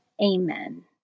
Amen